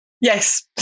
yes